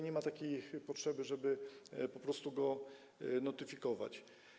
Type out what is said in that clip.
Nie ma takiej potrzeby, żeby po prostu go notyfikować.